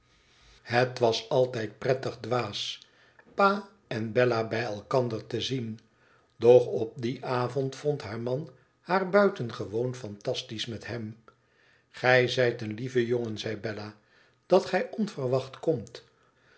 het was altijd prettig dwaas pa en bella bij elkander te zien doch op dien avond vond haar man haar buitengewoon fantastisch met hem igij zijteen lieve jongen zei bella idat gij onverwacht komt